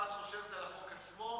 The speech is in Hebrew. מה את חושבת על החוק עצמו,